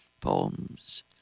poems